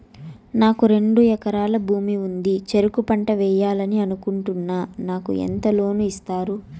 నాకు రెండు ఎకరాల భూమి ఉంది, చెరుకు పంట వేయాలని అనుకుంటున్నా, నాకు ఎంత లోను ఇస్తారు?